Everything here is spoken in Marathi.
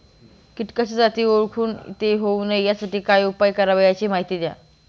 किटकाच्या जाती ओळखून ते होऊ नये यासाठी काय उपाय करावे याची माहिती द्या